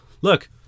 look